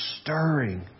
stirring